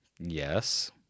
Yes